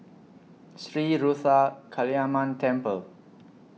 Sri Ruthra Kaliamman Temple